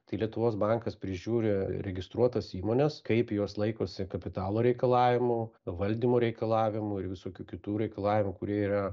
tai lietuvos bankas prižiūri registruotas įmones kaip jos laikosi kapitalo reikalavimų valdymo reikalavimų ir visokių kitų reikalavimų kurie yra